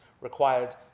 required